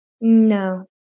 No